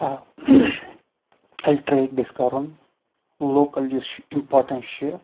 ییٚلہِ ٹرٛیک گَژھِ کَرُن لوکَل یُس چھُ اِمپاٹَنٹ چھُ